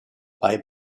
bei